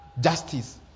justice